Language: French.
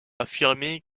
affirmer